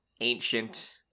ancient